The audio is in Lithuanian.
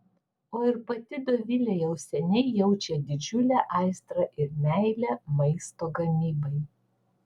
o ir pati dovilė jau seniai jaučia didžiulę aistrą ir meilę maisto gamybai